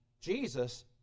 Jesus